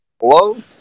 Hello